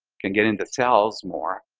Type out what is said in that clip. can get into cells more,